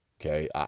okay